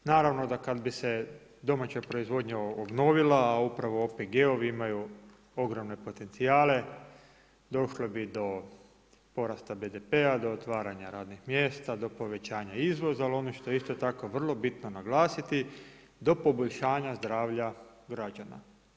Naravno da kad bi se domaća proizvodnja obnovila, a upravo OPG-ovim imaju ogromne potencijale, došlo bi do porasta BDP-a do otvaranja radnih mjesta, do povećanja izvoza, ali i ono što je isto tako vrlo bitno naglasiti do poboljšanja zdravlja građana.